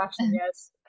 yes